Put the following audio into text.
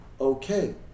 Okay